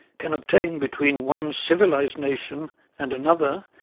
can obtain between one civilized nation and another,